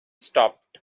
stopped